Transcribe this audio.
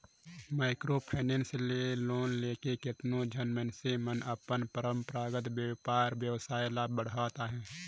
micro finance ले loan लेके केतनो झन मइनसे मन अपन परंपरागत बयपार बेवसाय ल बढ़ावत अहें